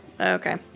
Okay